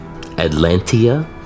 Atlantia